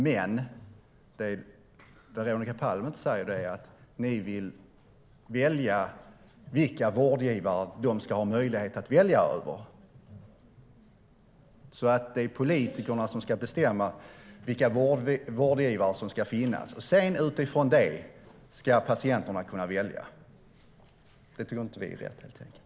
Men det Veronica Palm inte säger är att de vill välja vilka vårdgivare patienterna ska ha möjlighet att välja bland. Politikerna ska bestämma vilka vårdgivare som ska finnas, och utifrån det ska patienterna sedan kunna välja. Det tycker inte vi är rätt, helt enkelt.